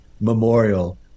memorial